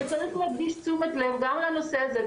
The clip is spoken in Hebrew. וצריך להדגיש תשומת לב גם לנושא הזה,